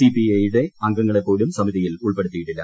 സിപിഐയുടെ അംഗങ്ങളെപ്പോലും സമിതിയിൽ ഉൾപ്പെടുത്തിയിട്ടില്ല